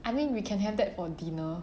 I mean we can have that for dinner